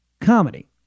comedy